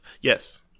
Yes